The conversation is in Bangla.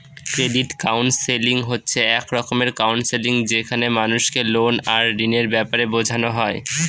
ক্রেডিট কাউন্সেলিং হচ্ছে এক রকমের কাউন্সেলিং যেখানে মানুষকে লোন আর ঋণের ব্যাপারে বোঝানো হয়